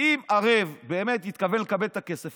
אם הערב באמת התכוון לקבל את הכסף,